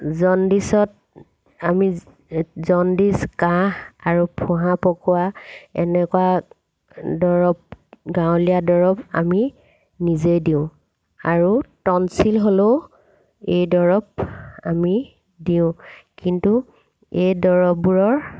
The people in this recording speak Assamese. জনডিচত আমি জনডিচ কাঁহ আৰু ফুহা পকোৱা এনেকুৱা দৰৱ গাঁৱলীয়া দৰৱ আমি নিজেই দিওঁ আৰু টনচিল হ'লেও এই দৰৱ আমি দিওঁ কিন্তু এই দৰৱবোৰৰ